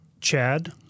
Chad